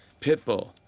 Pitbull